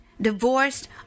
divorced